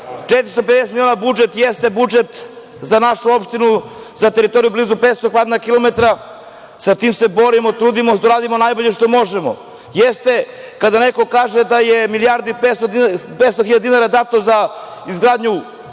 450 miliona budžet jeste budžet za našu opštinu za teritoriju blizu 500 kvadratnih kilometra. Sa tim se borimo, trudimo, to radimo najbolje što možemo. Jeste kada neko kaže da je milijardu i 500 hiljada dinara dato za izgradnju pijace,